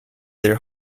their